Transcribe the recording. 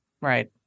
Right